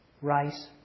rice